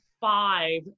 five